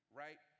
right